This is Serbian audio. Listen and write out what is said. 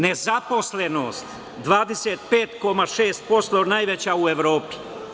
Nezaposlenost 25,6% najveća u Evropi.